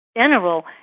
general